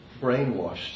brainwashed